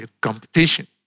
competition